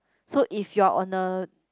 so if you are on a